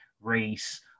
race